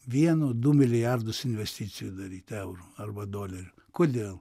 vieno du milijardus investicijų daryt eurų arba dolerių kodėl